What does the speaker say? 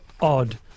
odd